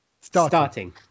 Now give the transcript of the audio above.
Starting